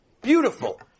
Beautiful